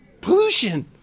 Pollution